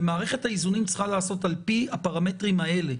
מערכת האיזונים צריכה להיעשות על-פי הפרמטרים האלה.